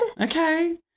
Okay